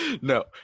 No